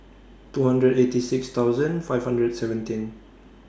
two hundred eighty six thousand five hundred and seventeen